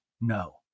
no